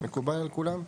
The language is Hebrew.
מקובל על כולם?